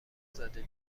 ازاده